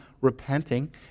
repenting